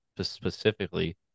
specifically